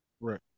Right